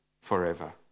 forever